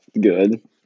good